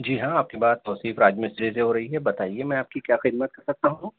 جی ہاں آپ کی بات توصیف راج مستری سے ہو رہی ہے بتائیے میں آپ کی کیا خدمت کر سکتا ہوں